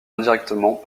indirectement